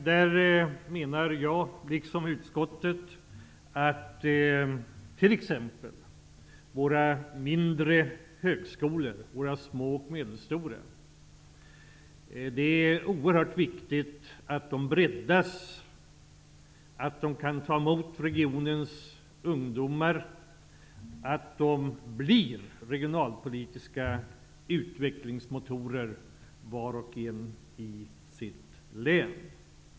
Där menar jag, liksom utskottet, att det är oerhört viktigt att våra små och medelstora högskolor breddas, att de kan ta emot regionens ungdomar och att de blir regionalpolitiska utvecklingsmotorer var och en i sitt län.